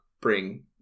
bring